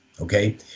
okay